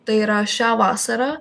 tai yra šią vasarą